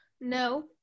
no